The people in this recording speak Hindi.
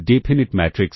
definite matrix